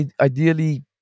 ideally